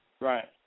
right